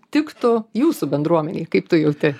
tiktų jūsų bendruomenei kaip tu jauti